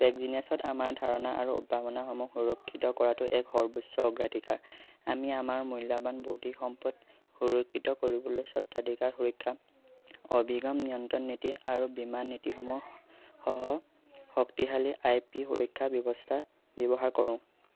টেকজিনিয়াছত আমাৰ ধাৰণা আৰু উদ্ভাৱনসমূহ সুৰক্ষিত কৰাটো এক সৰ্বোচ্চ অগ্ৰাধিকাৰ আমি আমাৰ মূল্যৱান বৌদ্ধিক সম্পদ সুৰক্ষিত কৰিবলৈ স্বত্বাধিকাৰ সুৰক্ষা অভিগম নিয়ন্ত্ৰণ নীতি আৰু বীমা নীতিসমূহ সহ শক্তিশালী আই পি সুৰক্ষা ব্যৱস্থা ব্যৱহাৰ কৰোঁ